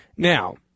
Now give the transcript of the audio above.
Now